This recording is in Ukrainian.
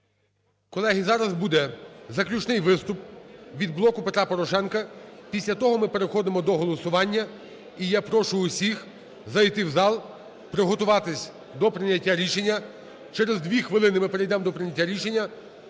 Колеги, зараз буде заключний виступ від "Блоку Петра Порошенка", після того ми переходимо до голосування. І я прошу усіх зайти в зал, приготуватися до прийняття рішення. Через дві хвилини ми перейдемо до прийняття рішення